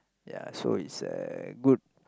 ya so he's a good